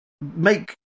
make